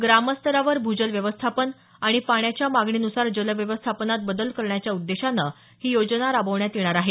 ग्रामस्तरावर भूजल व्यवस्थापन आणि पाण्याच्या मागणीनुसार जलव्यवस्थापनात बदल करण्याच्या उद्देशानं ही योजना राबवण्यात येणार आहे